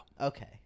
Okay